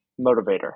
motivator